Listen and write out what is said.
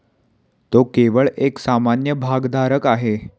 तो केवळ एक सामान्य भागधारक आहे